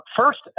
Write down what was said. First